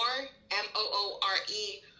M-O-O-R-E